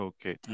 Okay